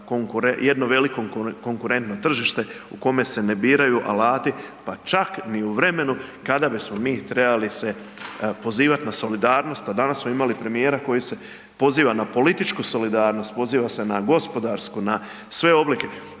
jedno veliko konkurentno tržište u kome se ne biraju alati pa čak ni u vremenu kada bismo mi trebali se pozivati na solidarnost. A danas smo imali premijera koji se poziva na političku solidarnost, poziva se na gospodarsku, na sve oblike.